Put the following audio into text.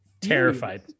Terrified